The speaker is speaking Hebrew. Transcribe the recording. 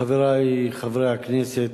חברי חברי הכנסת,